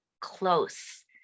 close